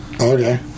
Okay